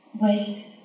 West